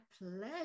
pleasure